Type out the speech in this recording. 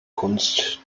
kunst